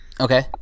Okay